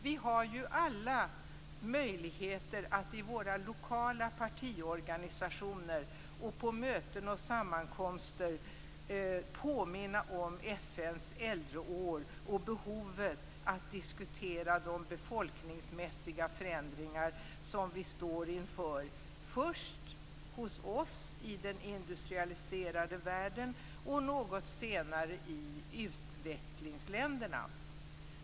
Vi har alla möjligheter att i våra lokala partiorganisationer och på möten och sammankomster påminna om FN:s äldreår och behovet att diskutera de befolkningsmässiga förändringar som vi står inför först hos oss i den industrialiserade världen och något senare i utvecklingsländerna.